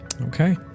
okay